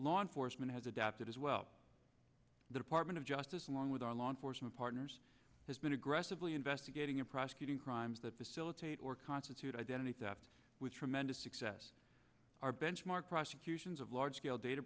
law enforcement has adapted as well the department of justice along with our law enforcement partners has been aggressively investigating and prosecuting crimes that facilitate or constitute identity theft with tremendous success our benchmark prosecutions of large scale data